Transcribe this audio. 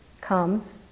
comes